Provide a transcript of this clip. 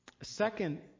second